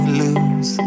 lose